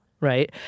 right